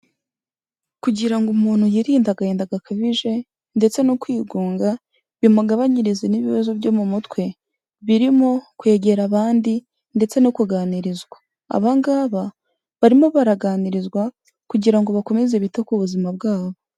Kugira ngo umuntu yirinde agahinda gakabije ndetse no kwigunga bimugabanyirize n'ibibazo byo mu mutwe, birimo kwegera abandi ndetse no kuganirizwa, aba ngabo barimo baraganirizwa kugira ngo bakomeze bite ku buzima bwabo.